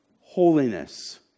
holiness